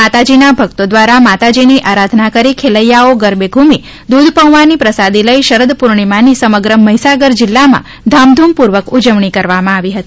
માતાજીના ભક્તો દ્વારા માતાજીની આરાધના કરી ખેલૈયાઓ ગરબે ધૂમી દૂધ પૌંઆની પ્રસાદી લઇ શરદ પૂર્ણિમાની સમગ્ર મહીસાગર જિલ્લામાં ધામધૂમ પૂર્વક ઉજવણી કરાઇ હતી